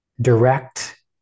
direct